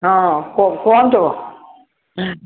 ହଁ କୁହ କୁହନ୍ତୁ ହୁଁ